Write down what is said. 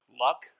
luck